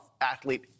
athlete